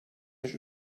yaş